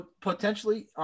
potentially